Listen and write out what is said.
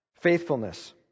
Faithfulness